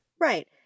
Right